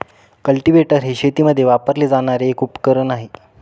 cultivator हे शेतीमध्ये वापरले जाणारे एक उपकरण आहे